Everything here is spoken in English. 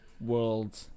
World